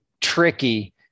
tricky